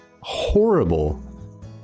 horrible